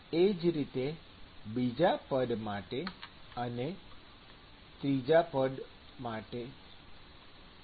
એ જ રીતે બીજા પદ માટે અને ત્રીજા પદ પણ